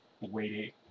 waiting